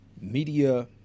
media